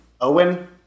Owen